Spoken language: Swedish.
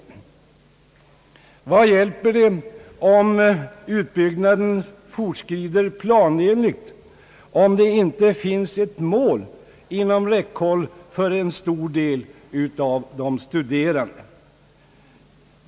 Vad hjälper det att utbyggnaden »fortskrider planenligt», om det inte finns ett mål inom räckhåll för en stor del av de studerande?